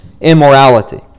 immorality